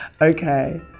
Okay